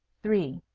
three.